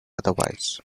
otherwise